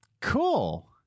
cool